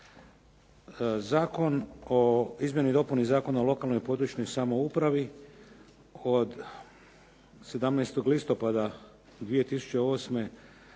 Zakon o izmjeni i dopuni Zakona o lokalnoj i područnoj samoupravi od 17. listopada 2008.